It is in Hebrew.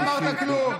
לא אמרת כלום.